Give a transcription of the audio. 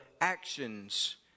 actions